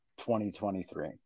2023